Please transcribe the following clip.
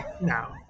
No